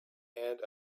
and